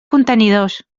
contenidors